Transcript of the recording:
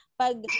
pag